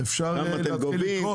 כמה אתם גובים,